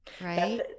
Right